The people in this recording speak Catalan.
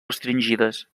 restringides